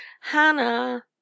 Hannah